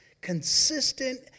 consistent